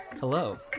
Hello